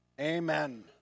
Amen